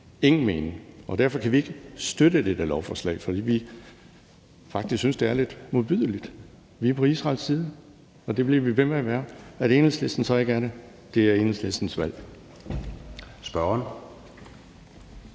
ingen mening, og derfor kan vi ikke støtte dette beslutningsforslag. For vi synes faktisk, at det er lidt modbydeligt. Vi er på Israels side, og det bliver vi ved med at være. At Enhedslisten så ikke er det, er Enhedslistens valg. Kl.